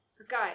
Okay